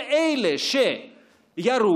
הם אלה שירו,